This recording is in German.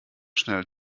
schnell